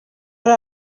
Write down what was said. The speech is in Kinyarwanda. ari